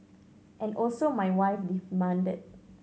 and also my wife demanded